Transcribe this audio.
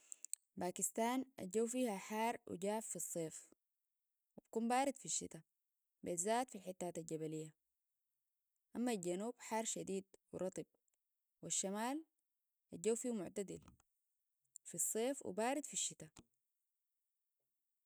باكستان الجو فيها حار وجاف في الصيف يكون بارد في الشتاء بالذات في حتات الجبلية أما الجنوب حار شديد ورطب والشمال الجو فيه معتدل في الصيف وبارد في الشتاء